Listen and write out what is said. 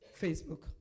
Facebook